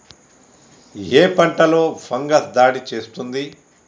ఏ పంటలో ఫంగస్ దాడి చేస్తుంది?